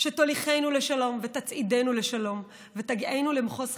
"שתוליכנו לשלום ותצעידנו לשלום ותגיענו למחוז חפצנו,